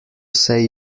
say